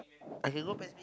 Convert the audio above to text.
I can go